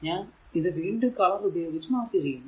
ഞാൻ ഇത് വീണ്ടും കളർ ഉപയോഗിച്ച് മാർക്ക് ചെയ്യുന്നു